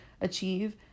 achieve